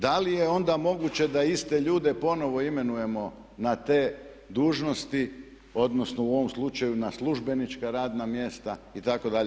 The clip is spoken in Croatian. Da li je onda moguće da iste ljude ponovno imenujemo na te dužnosti odnosno u ovom slučaju na službenička radna mjesta itd.